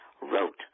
wrote